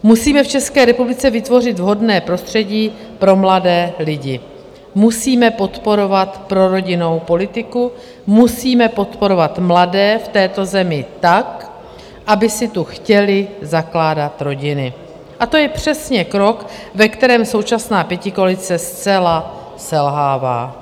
Musíme v České republice vytvořit vhodné prostředí pro mladé lidi, musíme podporovat prorodinnou politiku, musíme podporovat mladé v této zemi tak, aby si tu chtěli zakládat rodiny, a to je přesně krok, ve kterém současná pětikoalice zcela selhává.